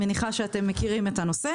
אני מניחה שאתם מכירים את הנושא